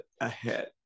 ahead